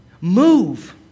Move